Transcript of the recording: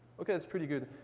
okay. that's pretty good.